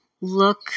look